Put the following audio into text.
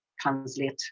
translate